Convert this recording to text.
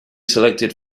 selected